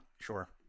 Sure